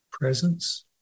presence